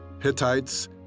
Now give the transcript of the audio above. Hittites